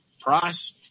Price